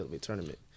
tournament